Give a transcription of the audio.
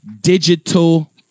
digital